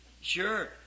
Sure